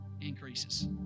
increases